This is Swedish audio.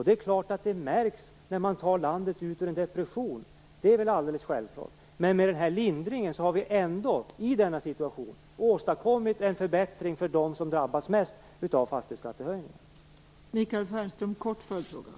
Det är klart att det märks när man tar landet ut ur en depression; det är alldeles självklart! Men med den här lindringen har vi ändå, i denna situation, åstadkommit en förbättring för dem som drabbas mest av fastighetsskattehöjningen.